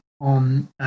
on